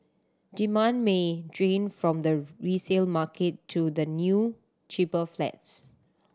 demand may drain from the resale market to the new cheaper flats